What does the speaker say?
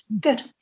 good